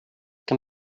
can